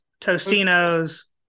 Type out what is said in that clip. Tostino's